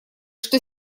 что